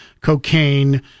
cocaine